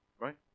right